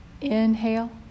Inhale